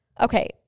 Okay